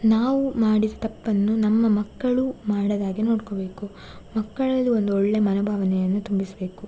ನಾವು ಮಾಡಿದ ತಪ್ಪನ್ನು ನಮ್ಮ ಮಕ್ಕಳು ಮಾಡದಾಗೆ ನೋಡ್ಕೊಬೇಕು ಮಕ್ಕಳಲ್ಲಿ ಒಂದೊಳ್ಳೆಯ ಮನೋಭಾವನೆಯನ್ನು ತುಂಬಿಸಬೇಕು